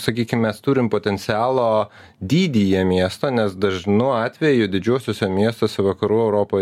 sakykim mes turim potencialo dydyje miesto nes dažnu atveju didžiuosiuose miestuose vakarų europoj